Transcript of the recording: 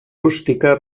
rústica